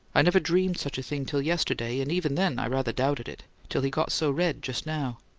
i never dreamed such a thing till yesterday, and even then i rather doubted it till he got so red, just now!